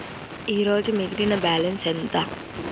ఈరోజు మిగిలిన బ్యాలెన్స్ ఎంత?